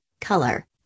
color